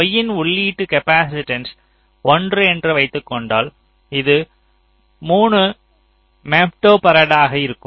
Y இன் உள்ளீட்டு capacitance 1 என்று வைத்துக் கொண்டால் இது 3 ஃபெம்டோபராடாக இருக்கும்